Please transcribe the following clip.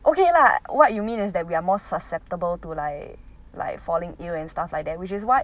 okay lah what you mean is that we are more susceptible to like like falling ill and stuff like that which is what